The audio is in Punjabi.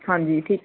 ਹਾਂਜੀ ਠੀਕ